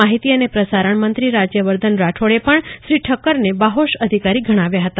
માહિતી અને પ્રસારણ મંત્રી રાજ્યવર્ધન રાઠોડે શ્રી ઠક્કરને બાહોશ અધિકારી ગણાવ્યા હતા